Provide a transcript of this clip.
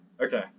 Okay